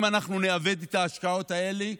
אם אנחנו נאבד את ההשקעות האלה,